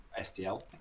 SDL